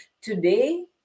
today